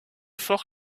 fort